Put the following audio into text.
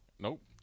Nope